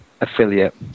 affiliate